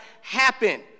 happen